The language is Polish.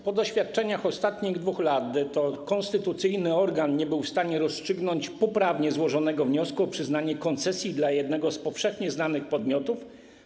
Po doświadczeniach ostatnich 2 lat to konstytucyjny organ nie był w stanie rozstrzygnąć poprawnie złożonego wniosku o przyznanie koncesji dla jednego z powszechnie znanych podmiotów.